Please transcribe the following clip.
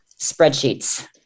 spreadsheets